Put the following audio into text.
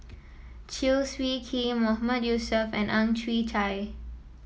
Chew Swee Kee Mahmood Yusof and Ang Chwee Chai